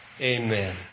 Amen